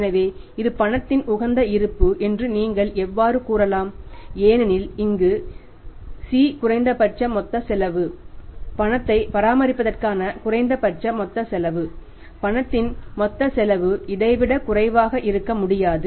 எனவே இது பணத்தின் உகந்த இருப்பு என்று நீங்கள் எவ்வாறு கூறலாம் ஏனெனில் இங்கே C குறைந்தபட்ச மொத்த செலவு பணத்தை பராமரிப்பதற்கான குறைந்தபட்ச மொத்த செலவு பணத்தின் மொத்த செலவு இதை விட குறைவாக இருக்க முடியாது